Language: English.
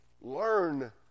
Learn